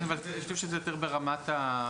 כן, אבל אני חושב שזה יותר ברמת המבנה.